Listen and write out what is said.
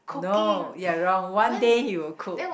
no you're wrong one day he will cook